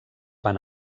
van